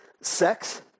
sex